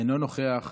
אינו נוכח,